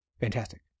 Fantastic